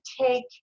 take